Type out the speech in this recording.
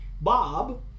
Bob